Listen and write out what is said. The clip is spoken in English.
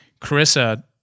Carissa